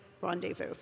rendezvous